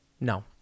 No